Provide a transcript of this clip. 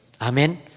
Amen